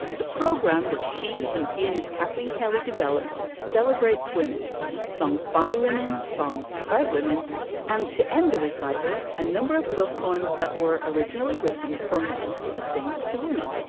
the program that she and pianist kathleen kelly developed celebrates women songs by women songs about women and to end the recital a number of love poems that were originally written for men to sing to women.